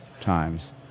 times